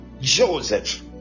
joseph